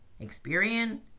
Experian